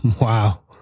Wow